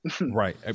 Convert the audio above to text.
right